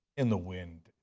in the wind.